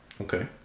Okay